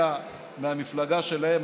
הוא היה מהמפלגה שלהם.